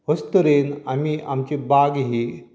अशें तरेन आमी आमची बाग ही